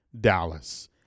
Dallas